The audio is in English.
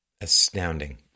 astounding